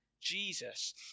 Jesus